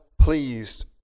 pleased